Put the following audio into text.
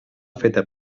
feta